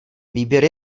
výběr